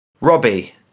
Robbie